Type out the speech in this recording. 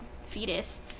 fetus